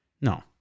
No